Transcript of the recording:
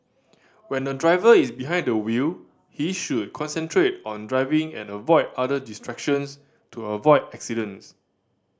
when a driver is behind the wheel he should concentrate on driving and avoid other distractions to avoid accidents